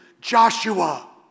Joshua